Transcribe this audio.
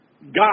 God